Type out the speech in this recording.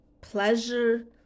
pleasure